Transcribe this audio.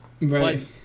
Right